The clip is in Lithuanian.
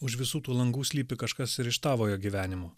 už visų tų langų slypi kažkas ir iš tavojo gyvenimo